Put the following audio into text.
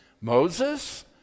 Moses